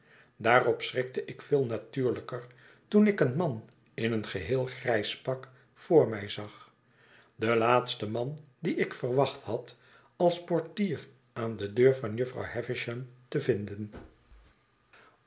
daarop schrikte ik veel natuurlijker toen ik een man in een geheel grijs pak voor mij zag den laatsten man dien ik verwacht had als portier aan de deur van jufvrouw havisham te vinden